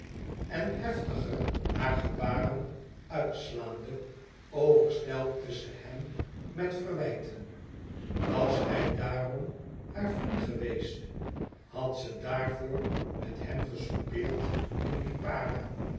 en heftiger hare gebaren uitslaande overstelpte ze hem met verwijten was hij daarom haar vriend geweest had ze daarvoor met hem gesoupeerd in lipara